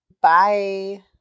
Bye